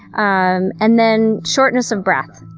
um and then shortness of breath.